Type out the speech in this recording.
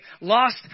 lost